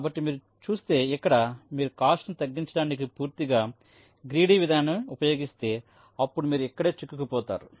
కాబట్టి మీరు చూస్తే ఇక్కడ మీరు కాస్ట్ ను తగ్గించడానికి పూర్తిగా గ్రీడీ విధానాన్ని ఉపయోగిస్తే అప్పుడు మీరు ఇక్కడే చిక్కుకుపోతారు